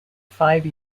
five